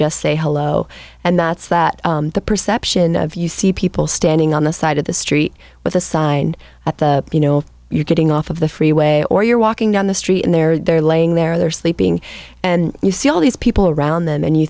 just say hello and that's that the perception of you see people standing on the side of the street with a sign at the you know if you're getting off of the freeway or you're walking down the street and they're they're laying there they're sleeping and you see all these people around them and you